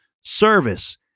service